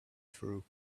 through